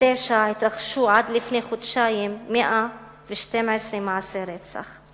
התרחשו עד לפני חודשיים 112 מקרי רצח,